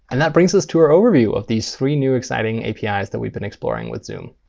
and that brings us to our overview of these three new exciting apis that we've been exploring with zoom.